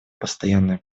постоянное